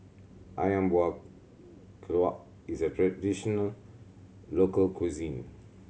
Ayam Buah Keluak is a traditional local cuisine